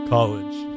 College